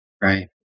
right